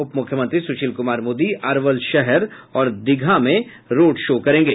उपमुख्यमंत्री सुशील कुमार मोदी अरवल शहर और दीघा में रोड शो करेंगे